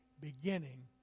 beginning